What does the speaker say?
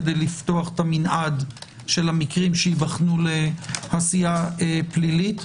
כדי לפתוח את המנעד של המקרים שייבחנו לעשייה פלילית.